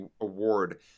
award